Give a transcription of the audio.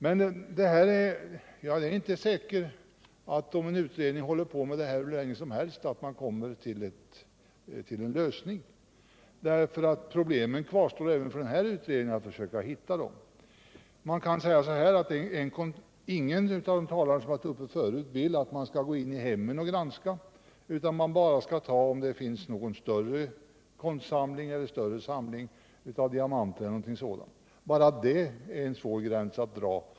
Men jag är inte säker på att en utredning, även om den håller på med det här hur länge som helst, kommer fram till en lösning. Problemen kvarstår ju även för den kommande utredningen. Ingen av de talare som varit uppe här vill att man skall gå in i hemmen och göra en granskning, utan man skall bara göra en kontroll om det finns någon större konstsamling, en större samling av diamanter e. d. Enbart detta är en svår gräns att dra.